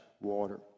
water